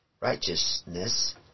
righteousness